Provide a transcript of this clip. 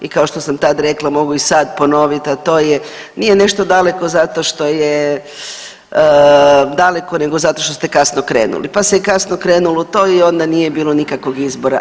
I kao što sam tad rekla, mogu i sada ponoviti a to je nije nešto daleko zato što je daleko, nego zato što ste kasno krenuli, pa se i kasno krenulo u to i onda nije bilo nikakvog izbora.